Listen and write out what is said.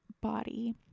body